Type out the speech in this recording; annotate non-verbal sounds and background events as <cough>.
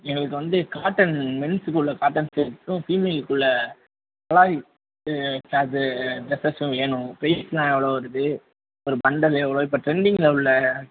எங்களுக்கு வந்து காட்டன் மென்சுக்குள்ள காட்டன் ஷேட்ஸும் ஃபீமேலுக்குள்ள ட்ரெஸ்சஸ்சும் வேணும் <unintelligible> எவ்வளோ வருது <unintelligible> இப்போ டிரெண்டிங்கில் உள்ள